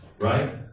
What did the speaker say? right